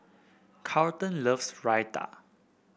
Carlton loves Raita